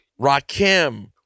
Rakim